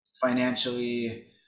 financially